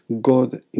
God